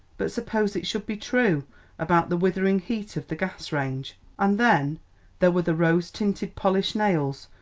but suppose it should be true about the withering heat of the gas-range and then there were the rose-tinted, polished nails,